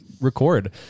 record